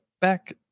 back